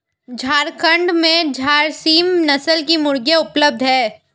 झारखण्ड में झारसीम नस्ल की मुर्गियाँ उपलब्ध है